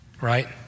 right